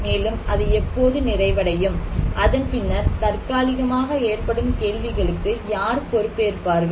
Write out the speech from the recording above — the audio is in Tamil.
மேலும் அது எப்போது நிறைவடையும் அதன் பின்னர் தற்காலிகமாக ஏற்படும் கேள்விகளுக்கு யார் பொறுப்பு ஏற்பார்கள்